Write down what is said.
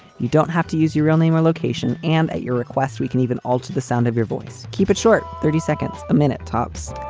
you don't have to use your real name or location, and at your request we can even alter the sound of your voice. keep it short. thirty seconds a minute, tops.